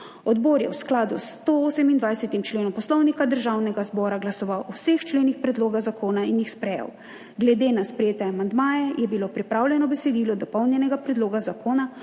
Odbor je v skladu s 128. členom Poslovnika Državnega zbora glasoval o vseh členih predloga zakona in jih sprejel. Glede na sprejete amandmaje je bilo pripravljeno besedilo dopolnjenega predloga zakona,